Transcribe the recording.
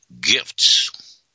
gifts